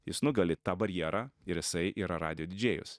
jis nugali tą barjerą ir jisai yra radijo didžėjus